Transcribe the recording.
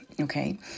Okay